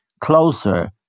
closer